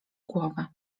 głowę